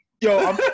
yo